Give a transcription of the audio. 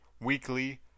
weekly